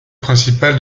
principal